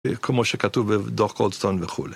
כמו שכתוב בדוח גולדסטון וכולי.